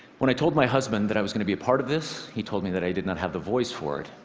when i told my husband that i was going to be a part of this, he told me that i did not have the voice for it.